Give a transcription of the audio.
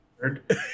bird